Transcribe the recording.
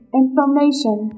information